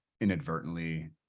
inadvertently